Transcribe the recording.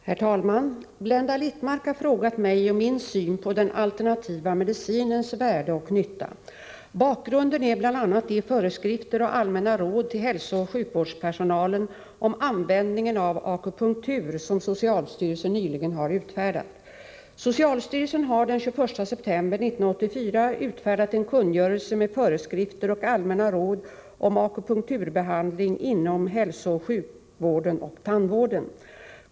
Herr talman! Blenda Littmarck har frågat mig om min syn på den alternativa medicinens värde och nytta. Bakgrunden är bl.a. de föreskrifter och allmänna råd till hälsooch sjukvårdspersonalen om användningen av akupunktur som socialstyrelsen nyligen har utfärdat. Socialstyrelsen har den 21 september 1984 utfärdat en kungörelse med föreskrifter och allmänna råd om akupunkturbehandling inom hälsooch sjukvården och tandvården .